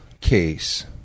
case